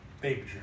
Baby